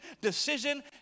decision